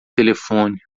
telefone